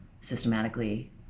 systematically